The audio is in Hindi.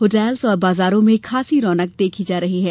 होटलों और बाजारों में खासी रौनक देखी जा रही है